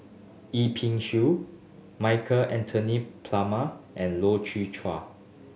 Yip Pin Xiu Michael Anthony Palmer and Loy Chye Chuan